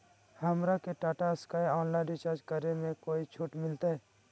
हमरा के Tata sky online recharge करे में कोई छूट मिलतई